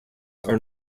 are